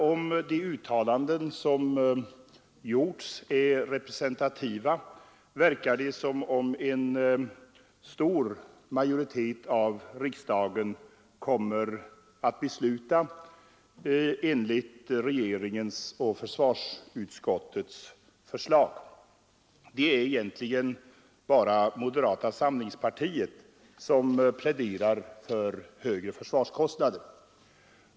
Om de uttalanden som har gjorts är representativa, verkar det som om en stor majoritet av riksdagen kommer att besluta enligt regeringens och försvarsutskottets förslag. Det är egentligen bara moderata samlingspartiet som pläderar för högre försvarskostnader.